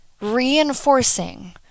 reinforcing